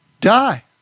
die